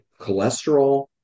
Cholesterol